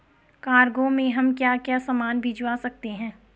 Cargo में हम क्या क्या सामान भिजवा सकते हैं?